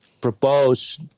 propose